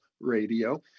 Radio